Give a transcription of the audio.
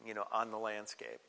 you know on the landscape